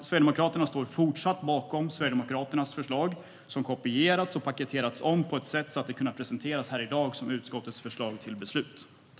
Sverigedemokraterna står fortsatt bakom Sverigedemokraternas förslag som har kopierats och paketerats om på ett sådant sätt att det kunde presenteras här i dag som utskottets förslag till beslut.